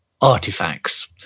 artifacts